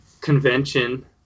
convention